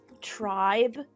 tribe